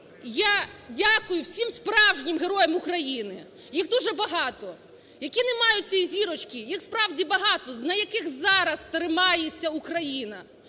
я дякую всім справжнім героям України, їх дуже багато, які не мають цієї зірочки, їх, справді, багато, на яких зараз тримається Україна.